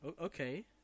Okay